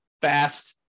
fast